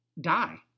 die